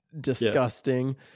disgusting